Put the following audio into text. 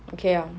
okay lor